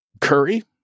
curry